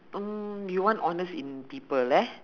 mm you want honest in people leh